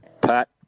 Pat